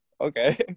okay